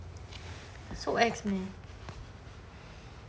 so ex meh